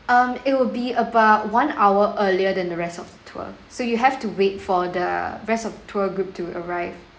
um it will be about one hour earlier than the rest of the tour so you have to wait for the rest of tour group to arrive